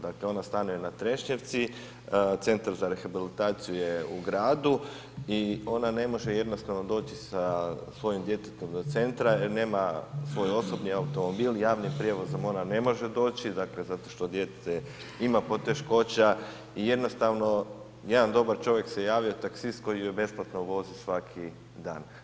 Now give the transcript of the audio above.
Dakle, ona stanuje na Trešnjevci, Centar za rehabilitaciju je u gradu i ona ne može jednostavno doći sa svojim djetetom do centra jer nema svoj osobni automobil, javni javnim prijevozom ona ne može doći, dakle, zato što dijete ima poteškoća i jednostavno jedan dobar čovjek se javio, taksist koji ju besplatno vozi svaki dan.